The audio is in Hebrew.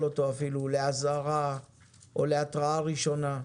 אותו אפילו לאזהרה או להתראה ראשונה?